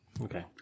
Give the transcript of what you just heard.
Okay